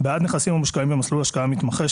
בעד נכסים המושקעים במסלול השקעה מתמחה,